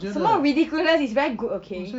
什么 ridiculous it's very good okay